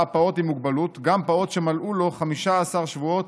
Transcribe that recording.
"פעוט עם מוגבלות" גם פעוט שמלאו לו 15 שבועות,